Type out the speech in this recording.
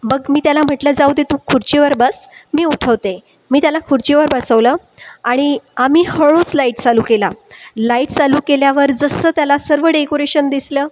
बघ मी त्याला म्हटलं जाऊ दे तू खुर्चीवर बस मी उठवते मी त्याला खुर्चीवर बसवलं आणि आम्ही हळूच लाइट चालू केला लाइट चालू केल्यावर जसं त्याला सर्व डेकोरेशन दिसलं